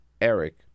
Eric